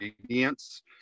ingredients